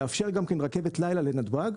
והוא יאפשר גם רכבת לילה לנתב"ג.